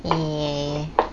ya